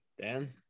Dan